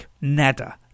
nada